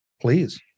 Please